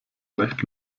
leicht